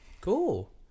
Cool